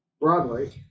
Broadway